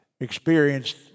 experienced